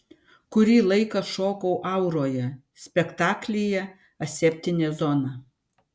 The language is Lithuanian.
kurį laiką šokau auroje spektaklyje aseptinė zona